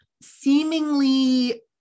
seemingly